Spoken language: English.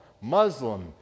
Muslim